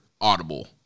audible